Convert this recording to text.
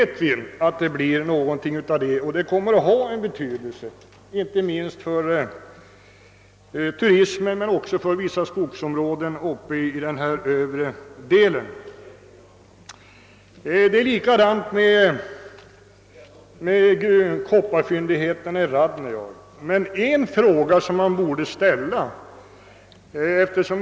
Nu vet vi att det blir en väg, och den vägen kommer att ha betydelse för turismen och även för sysselsättningen inom vissa skogsområden i dessa trakter. Kopparfyndigheterna i Radnejaure bör också föras in i bilden.